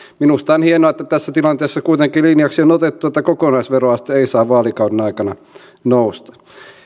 minusta on hienoa että tässä tilanteessa kuitenkin linjaksi on otettu että kokonaisveroaste ei saa vaalikauden aikana nousta